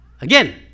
Again